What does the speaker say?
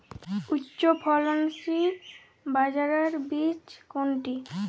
উচ্চফলনশীল বাজরার বীজ কোনটি?